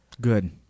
Good